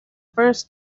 first